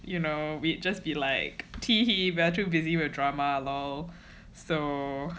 you know we just be like teehee we are too busy with drama LOL so